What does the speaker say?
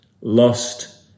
lost